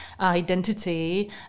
identity